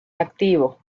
activo